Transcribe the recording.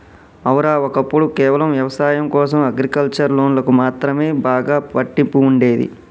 ఔర, ఒక్కప్పుడు కేవలం వ్యవసాయం కోసం అగ్రికల్చర్ లోన్లకు మాత్రమే బాగా పట్టింపు ఉండేది